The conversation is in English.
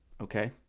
Okay